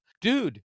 dude